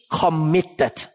committed